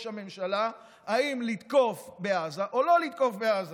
הממשלה אם לתקוף בעזה או לא לתקוף בעזה.